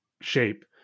shape